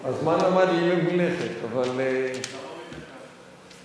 הזמן עמד מלכת, אבל, תוריד דקה.